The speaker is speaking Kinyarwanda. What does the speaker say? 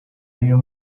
y’uyu